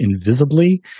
Invisibly